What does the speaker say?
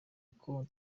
uko